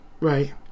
right